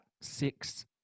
Six